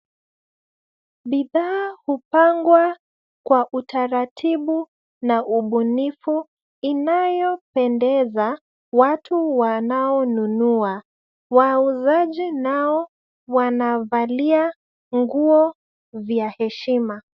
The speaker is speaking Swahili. Bidhaa hupangwa kwa utaratibu na ubunifu inayopendeza watu wanaonunua, wauzaji nao wanavalia nguo vya heshima.